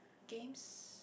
games